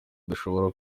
dushobora